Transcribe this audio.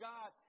God